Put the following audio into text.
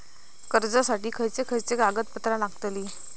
कर्जासाठी खयचे खयचे कागदपत्रा लागतली?